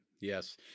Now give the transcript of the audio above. Yes